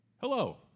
Hello